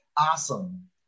awesome